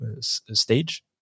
stage